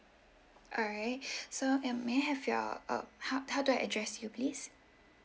alright so err may have your uh how how do I address you please